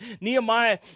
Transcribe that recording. Nehemiah